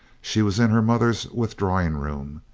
she was in her mother's withdrawing-room.